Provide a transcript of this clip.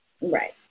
Right